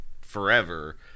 forever